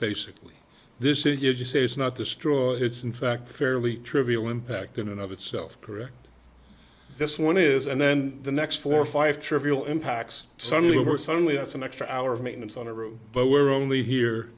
basically this if you say it's not the straw it's in fact a fairly trivial impact in another itself correct this one is and then the next four or five trivial impacts suddenly were suddenly that's an extra hour of maintenance on a roof but we're only here